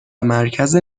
مرکز